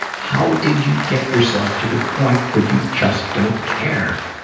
how did you get yourself to the point where you just don't care?